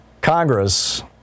Congress